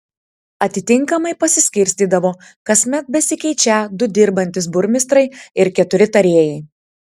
atitinkamai pasiskirstydavo kasmet besikeičią du dirbantys burmistrai ir keturi tarėjai